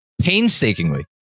painstakingly